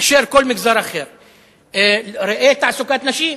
מאשר בכל מגזר אחר, ראה תעסוקת נשים,